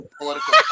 political